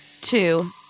Two